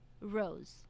rose